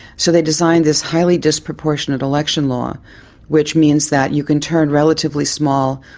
so they designed this highly disproportionate election law which means that you can turn relatively small,